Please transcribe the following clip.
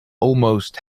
almost